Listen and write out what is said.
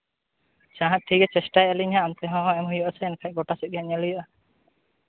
ᱟᱪᱪᱷᱟ ᱦᱟᱸᱜ ᱴᱷᱤᱠ ᱜᱮᱭᱟ ᱪᱮᱥᱴᱟᱭᱮᱫ ᱟᱹᱞᱤᱧ ᱦᱟᱸᱜ ᱚᱱᱛᱮ ᱦᱚᱸ ᱮᱢ ᱦᱩᱭᱩᱜ ᱟᱥᱮ ᱮᱱᱠᱷᱟᱱ ᱜᱳᱴᱟ ᱥᱮᱫ ᱜᱮ ᱧᱮᱞ ᱦᱩᱭᱩᱜᱼᱟ